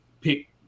pick